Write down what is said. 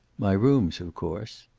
my rooms, of course.